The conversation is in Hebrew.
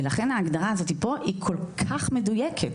לכן ההגדרה הזאת פה היא כל כך מדויקת,